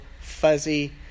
fuzzy